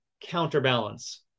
counterbalance